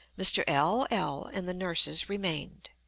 mr. l l and the nurses remained.